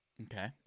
Okay